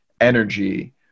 energy